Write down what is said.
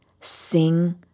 sing